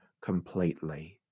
completely